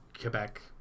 Quebec